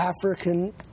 african